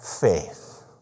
faith